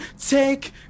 Take